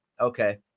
Okay